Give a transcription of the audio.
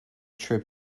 trip